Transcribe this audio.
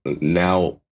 now –